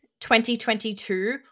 2022